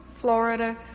Florida